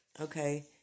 okay